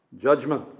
judgment